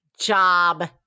job